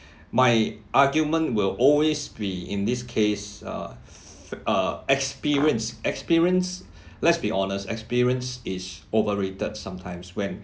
my argument will always be in this case uh uh experience experience let's be honest experience is overrated sometimes when